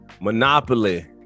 Monopoly